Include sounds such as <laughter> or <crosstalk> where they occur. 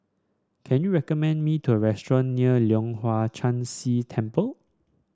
can you recommend me <unintelligible> restaurant near Leong Hwa Chan Si Temple